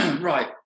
right